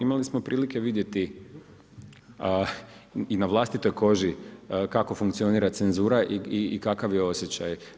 Imali smo prilike vidjeti i na vlastitoj koži kako funkcionira cenzura i kakav je osjeća.